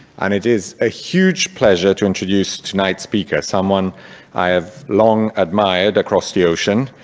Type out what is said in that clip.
and it is a huge pleasure to introduce tonight's speaker, someone i have long admired across the ocean.